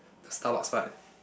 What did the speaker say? the Starbucks fight